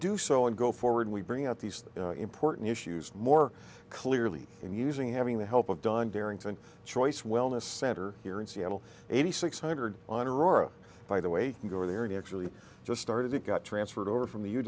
do so and go forward we bring out these things important issues more clearly and using having the help of don barrington choice wellness center here in seattle eighty six hundred on aurora by the way you go there and actually just started it got transferred over from the your